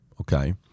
okay